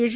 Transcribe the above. H